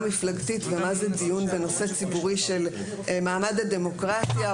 מפלגתית ומה זה דיון בנושא ציבורי של מעמד הדמוקרטיה,